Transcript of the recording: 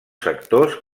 sectors